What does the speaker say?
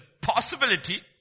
possibility